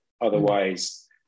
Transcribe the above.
Otherwise